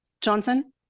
johnson